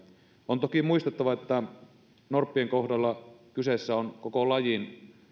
on toki muistettava että norppien kohdalla kyseessä on koko lajin